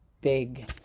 big